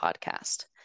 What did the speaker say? Podcast